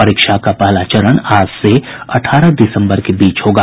परीक्षा का पहला चरण आज से अठारह दिसंबर के बीच होगा